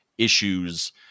issues